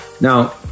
Now